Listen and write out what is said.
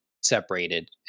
separated